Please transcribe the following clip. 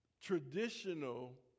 traditional